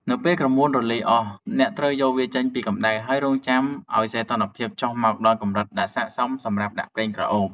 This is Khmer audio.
នៅពេលក្រមួនរលាយអស់ អ្នកត្រូវយកវាចេញពីកម្ដៅ ហើយរង់ចាំឱ្យសីតុណ្ហភាពចុះមកដល់កម្រិតដែលស័ក្តិសមសម្រាប់ដាក់ប្រេងក្រអូប។